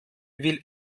will